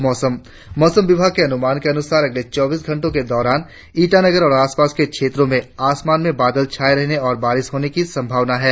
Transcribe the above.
और अब मौसम मौसम विभाग के अनुमान के अनुसार अगले चौबीस घंटो के दौरान ईटानगर और आसपास के क्षेत्रो में आसमान में बादल छाये रहने और बारिश होने की संभावना है